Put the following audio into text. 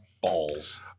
balls